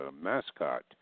mascot